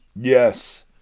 Yes